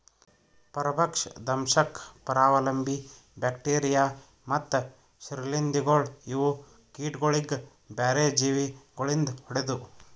ಪರಭಕ್ಷ, ದಂಶಕ್, ಪರಾವಲಂಬಿ, ಬ್ಯಾಕ್ಟೀರಿಯಾ ಮತ್ತ್ ಶ್ರೀಲಿಂಧಗೊಳ್ ಇವು ಕೀಟಗೊಳಿಗ್ ಬ್ಯಾರೆ ಜೀವಿ ಗೊಳಿಂದ್ ಹೊಡೆದು